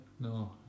no